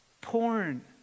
porn